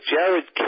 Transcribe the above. Jared